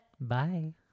Bye